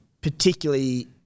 particularly